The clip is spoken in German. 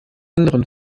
anderen